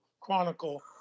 Chronicle